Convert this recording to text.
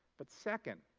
but, second,